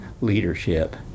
leadership